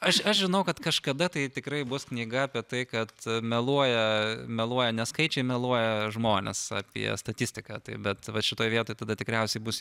aš aš žinau kad kažkada tai tikrai bus knyga apie tai kad meluoja meluoja ne skaičiai meluoja žmonės apie statistiką tai bet vat šitoj vietoj tada tikriausiai bus